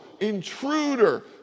intruder